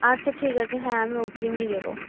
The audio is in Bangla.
আচ্ছা ঠিক আছে হ্যাঁ আমি অগ্রিমই দেবো